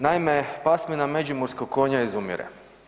Naime, pasmina međimurskog konja izumire.